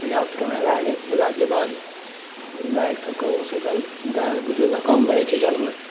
पर्याप्त कमाई भऽ गेलाके बाद गाय सभके ओ सभके गाय बुझियौ ओना कम भय जाइ छै जानवर